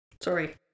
Sorry